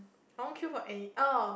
I won't queue for any orh